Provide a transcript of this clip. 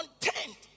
Content